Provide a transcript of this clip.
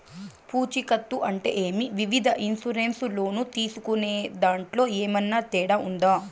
పూచికత్తు అంటే ఏమి? వివిధ ఇన్సూరెన్సు లోను తీసుకునేదాంట్లో ఏమన్నా తేడా ఉందా?